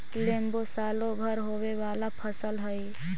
लेम्बो सालो भर होवे वाला फसल हइ